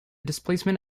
displacement